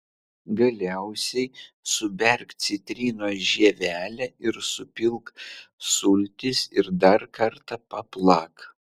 galiausiai suberk citrinos žievelę ir supilk sultis ir dar kartą paplak